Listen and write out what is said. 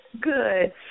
Good